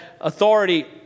authority